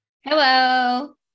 hello